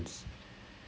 ah K fine